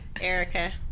Erica